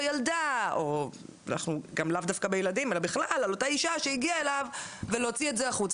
ילדה או אישה שהגיעה אליו ולהוציא את זה החוצה.